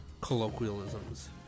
colloquialisms